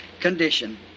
condition